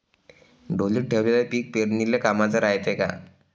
ढोलीत ठेवलेलं पीक पेरनीले कामाचं रायते का?